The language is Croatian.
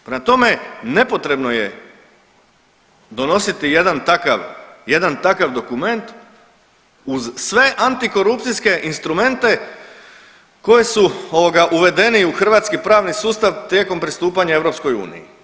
Prema tome, nepotrebno je donositi jedan takav dokument uz sve antikorupcijske instrumente koji su uvedeni u hrvatski pravni sustav tijekom pristupanja EU.